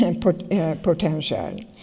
potential